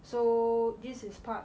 so this is part